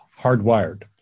hardwired